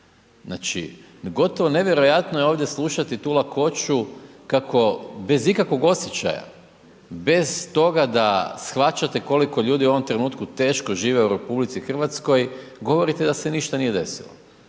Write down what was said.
znači gotovo nevjerojatno je ovdje slušati tu lakoću kako bez ikakvog osjećaja, bez toga da shvaćate koliko ljudi u ovom trenutku teško žive u Republici Hrvatskoj govorite da se ništa nije desilo,